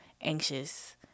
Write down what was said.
anxious